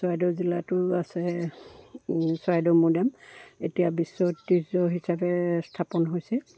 চৰাইদেউ জিলাতো আছে চৰাইদেউ মৈদাম এতিয়া বিশ্ব ঐতিহ্য হিচাপে স্থাপন হৈছে